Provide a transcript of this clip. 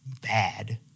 bad